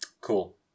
Cool